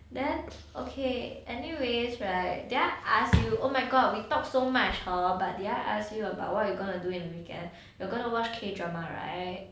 then okay anyways right then I ask you you oh my god we talk so much hor but did I ask you about what you going do in weekend you gonna watch K drama right